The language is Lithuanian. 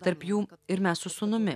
tarp jų ir mes su sūnumi